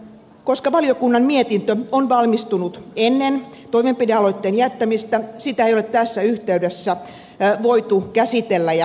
koska valiokunnan mietintö on valmistunut ennen toimenpidealoitteen jättämistä sitä ei ole tässä yhteydessä voitu käsitellä ja arvioida